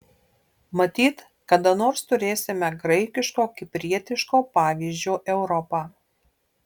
matyt kada nors turėsime graikiško kiprietiško pavyzdžio europą